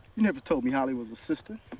you never told me hallie was a sister.